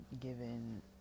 given